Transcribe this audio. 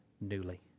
newly